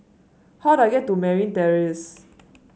how do I get to Merryn Terrace